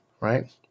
right